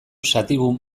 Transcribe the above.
sativum